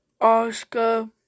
Oscar